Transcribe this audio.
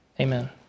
Amen